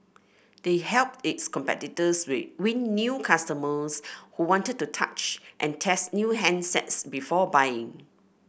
they helped its competitors win new customers who wanted to touch and test new handsets before buying